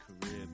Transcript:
career